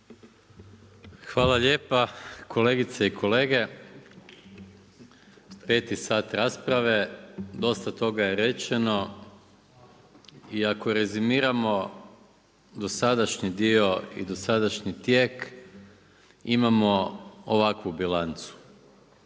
Hvala lijepa. Kolegice i kolege. Peti sat rasprave, dosta toga je rečeno i ako rezimiramo dosadašnji dio i dosadašnji tijek imamo ovakvu bilancu.